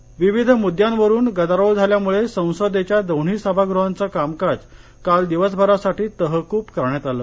संसद विविध मृदद्यांवरून गदारोळ झाल्यामुळे संसदेच्या दोन्ही सभागृहांचं कामकाज काल दिवसभरासाठी तहकुब करण्यात आलं